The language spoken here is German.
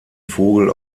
vogel